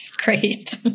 Great